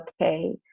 okay